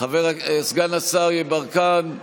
סגן השר יברקן,